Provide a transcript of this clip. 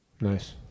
Nice